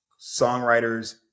songwriters